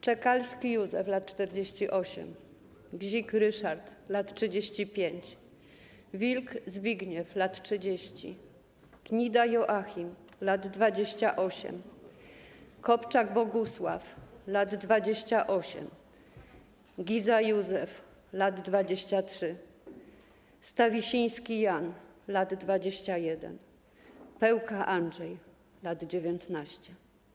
Czekalski Józef, lat 48. Gzik Ryszard, lat 35. Wilk Zbigniew, lat 30. Gnida Joachim, lat 28. Kopczak Bogusław, lat 28. Giza Józef, lat 23. Stawisiński Jan, lat 21. Pełka Andrzej, lat 19.